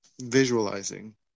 visualizing